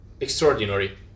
extraordinary